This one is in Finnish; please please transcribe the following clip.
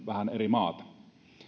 vähän eri maata